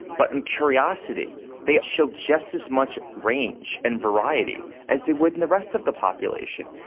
but in curiosity they showed just as much range and variety as they would in the rest of the population.